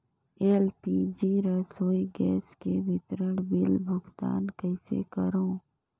LPG रसोई gas के विवरण बिल भुगतान कइसे करों?